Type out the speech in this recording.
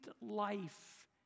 life